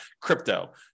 crypto